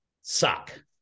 suck